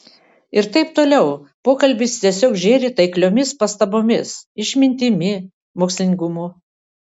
ir taip toliau pokalbis tiesiog žėri taikliomis pastabomis išmintimi mokslingumu